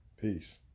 Peace